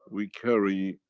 we carry